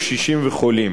קשישים וחולים.